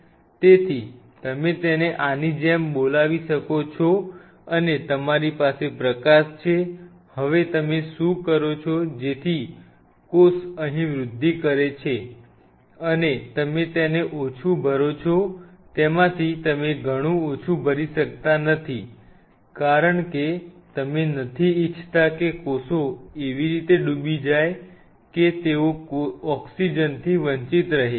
તેથી તમે તેને આની જેમ બોલાવી શકો છો અને તમારી પાસે પ્રકાશ છે હવે તમે શું કરો છો જેથી કોષ અહીં વૃદ્ધિ કરે છે અને તમે તેને ઓછું ભરો છો તેમાંથી તમે ઘણું ઓછું ભરી શકતા નથી કારણ કે તમે નથી ઈચ્છતા કે કોષો એવી રીતે ડૂબી જાય કે તેઓ ઓક્સિજનથી વંચિત રહે